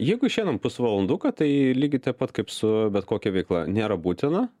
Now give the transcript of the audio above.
jeigu išeinam pusvalanduką tai lygiai taip pat kaip su bet kokia veikla nėra būtina